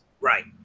right